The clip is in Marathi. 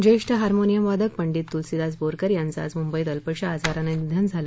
ज्येष्ठ हार्मोनियमवादक पंडित तुलसिदास बोरकर यांचं आज मुंबईत अल्पशा आजारानं निधन झालं